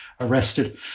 arrested